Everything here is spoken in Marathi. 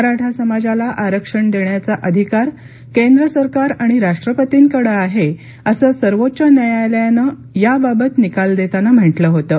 मराठा समाजाला आरक्षण देण्याचा अधिकार केंद्र सरकार आणि राष्ट्रपतींकडे आहे असं सर्वोच्च न्यायालयाने याबाबत निकाल देताना म्हटलं होतं